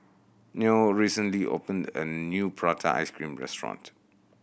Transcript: Noe recently opened a new prata ice cream restaurant